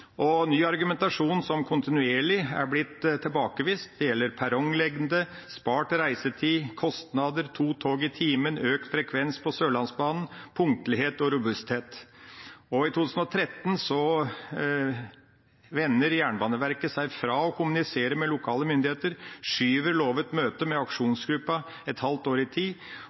– ny argumentasjon som kontinuerlig er blitt tilbakevist, det gjelder perronglengde, spart reisetid, kostnader, to tog i timen, økt frekvens på Sørlandsbanen, punktlighet og robusthet. I 2013 vendte Jernbaneverket seg fra å kommunisere med lokale myndigheter, og de forskjøv et lovet møte med aksjonsgruppa med et halvt år i tid.